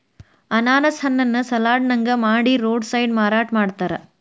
ಅನಾನಸ್ ಹಣ್ಣನ್ನ ಸಲಾಡ್ ನಂಗ ಮಾಡಿ ರೋಡ್ ಸೈಡ್ ಮಾರಾಟ ಮಾಡ್ತಾರ